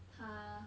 她